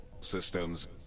systems